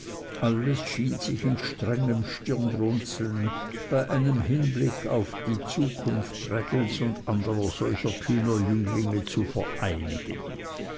alles schien sich in strengem stirnrunzeln bei einem hinblick auf die zukunft traddles und anderer solcher kühner jünglinge zu vereinigen